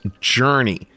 Journey